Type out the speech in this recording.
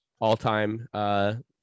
all-time